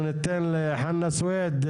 אנחנו ניתן לחנא סוויד,